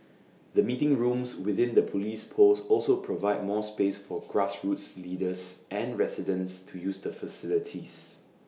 the meeting rooms within the Police post also provide more space for grassroots leaders and residents to use the facilities